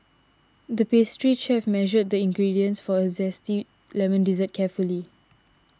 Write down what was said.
the pastry chef measured the ingredients for a Zesty Lemon Dessert carefully